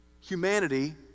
Humanity